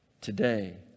today